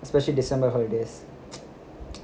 especially december holidays